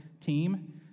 team